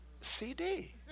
CD